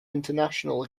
international